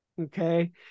Okay